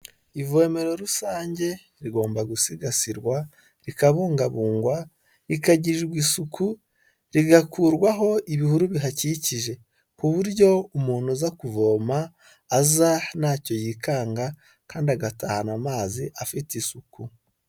Ivomero rusange rigomba gusigasirwa rikabungabungwa, rikagirirwa isuku rigakurwaho ibihuru bihakikije ku buryo umuntu aza kuvoma aza ntacyo yikanga kandi agatahana amazi afite isuku.